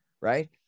Right